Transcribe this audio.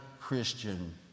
Christian